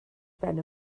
ben